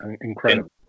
incredible